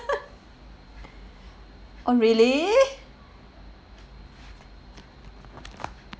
oh really